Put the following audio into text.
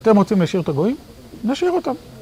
אתם רוצים להשאיר את הגויים? נשאיר אותם.